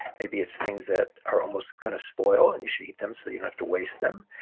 maybe it's things that are almost going to spoil, and you should eat them so you don't have to waste them.